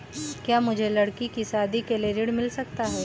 क्या मुझे लडकी की शादी के लिए ऋण मिल सकता है?